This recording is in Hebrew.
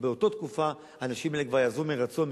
ובאותה תקופה האנשים האלה כבר יחזרו מרצון,